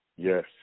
Yes